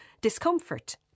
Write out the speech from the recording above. discomfort